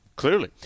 Clearly